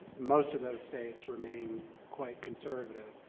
most of those states remain quite conservative,